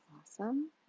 awesome